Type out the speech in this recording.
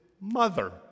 mother